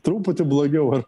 truputį blogiau ar